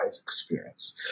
experience